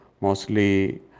mostly